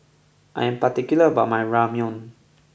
I am particular about my Ramyeon